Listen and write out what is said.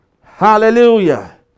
Hallelujah